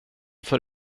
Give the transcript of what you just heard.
för